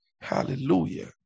Hallelujah